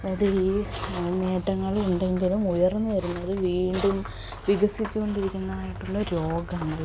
അത് ഈ നേട്ടങ്ങൾ ഉണ്ടെങ്കിലും ഉയർന്നു വരുന്നൊരു വീണ്ടും വികസിച്ചു കൊണ്ടിരിക്കുന്നതായിട്ടുള്ള രോഗങ്ങൾ